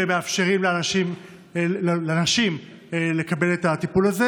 ומאפשרים לנשים לקבל את הטיפול הזה?